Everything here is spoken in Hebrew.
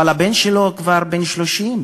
אבל הבן שלו כבר בן 30,